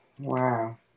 Wow